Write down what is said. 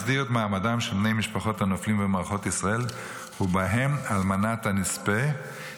מסדיר את מעמדם של בני משפחות הנופלים במערכות ישראל ובהם אלמנת הנספה,